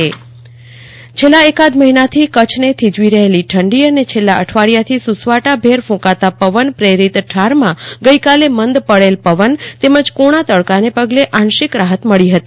કલ્પના શાહ્ હવા માન છેલ્લા એકાદ મહિનાથી કચ્છને થીજાવી રહેલ ઠંડી અને છેલ્લા અઠવાડિયાથી સુસવાટાભેર ક્રંકતા પવન પ્રેરિત ઠારમાં ગઈકાલે મંદ પડેલા પવન તેમજ તડકાને પગલે ઠારમાં આંશિક રાહત મળી હતી